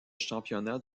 championnat